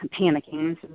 panicking